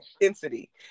intensity